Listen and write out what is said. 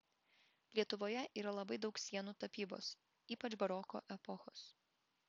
lietuvoje yra labai daug sienų tapybos ypač baroko epochos